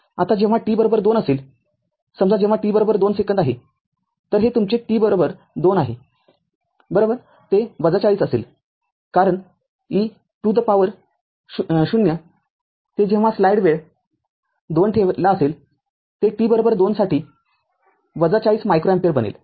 आता जेव्हा t२असेल समजा जेव्हा t२ सेकंद आहे तर हे तुमचे t बरोबर २ आहेते ४० असेल कारण e to the power ० ते जव्हा स्लाईड वेळ २ ठेवला असेलते t२ साठी ४० मायक्रो अँपिअर बनेल